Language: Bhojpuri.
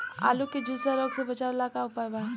आलू के झुलसा रोग से बचाव ला का उपाय बा?